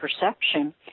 perception